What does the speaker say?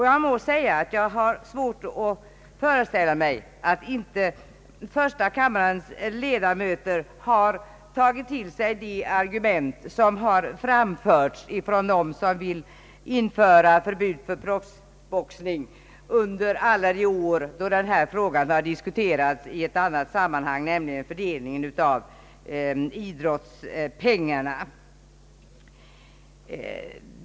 Jag må säga att jag har svårt att föreställa mig att inte första kammarens ledamöter har tagit intryck av de argument som har framförts av dem som vill införa förbud mot proffsboxning under alla de år då denna fråga har diskuterats i ett annat sammanhang, nämligen då vi diskuterat fördelningen av idrottspengarna.